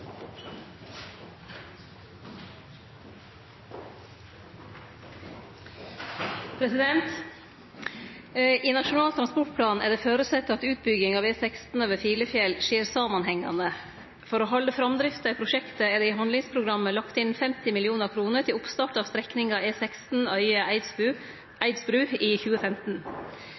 Nasjonal transportplan er det føresett at utbygging av E16 over Filefjell skjer samanhengande. For å halde framdrifta i prosjektet er det i handlingsprogrammet lagt inn 50 mill. kr til oppstart av strekninga E16 Øye–Eidsbru i 2015. I